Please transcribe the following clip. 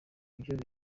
ivyo